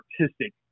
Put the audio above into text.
artistic